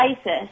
ISIS